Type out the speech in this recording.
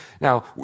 Now